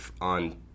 on